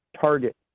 target